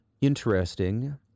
interesting